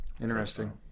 interesting